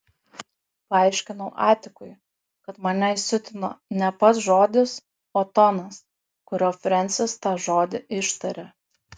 paaiškinau atikui kad mane įsiutino ne pats žodis o tonas kuriuo frensis tą žodį ištarė